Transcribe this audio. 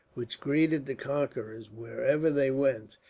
which greeted the conquerors wherever they went,